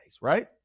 right